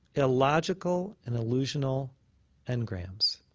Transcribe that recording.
illogical and illusional engrams.